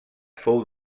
fou